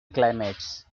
climates